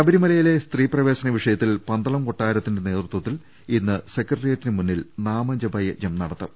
ശബരിമലയിലെ സ്ത്രീ പ്രവേശ്ന് വിഷയത്തിൽ പന്തളം കൊട്ടാരത്തിന്റെ നേതൃത്വത്തിൽ ഇന്ന് സെക്രട്ടറിയേറ്റിന് മുന്നിൽ നാമജപ യജ്ഞം നടത്തും